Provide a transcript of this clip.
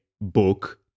book